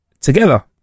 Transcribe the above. together